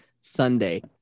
sunday